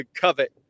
covet